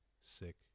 sick